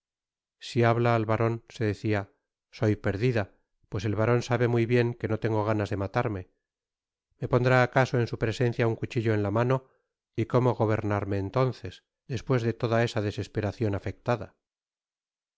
si habla al baron se decía soy perdida pues el baron sabe muy bien que no tengo ganas de matarme me pondrá acaso en su presencia un cuchillo en la mano y cómo gobernarme entonces despues de toda esa desesperacion afectada